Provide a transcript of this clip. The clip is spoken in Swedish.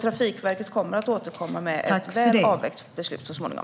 Trafikverket kommer att återkomma med ett väl avvägt beslut så småningom.